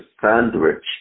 sandwich